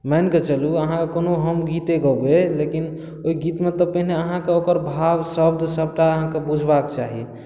मानि कऽ चलू अहाँके कोनो हम गीते गेबै लेकिन ओहि गीतमे तऽ पहिने अहाँके ओकर भाव शब्द सबटा अहाँके बुझबाक चाही